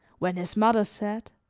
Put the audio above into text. when his mother said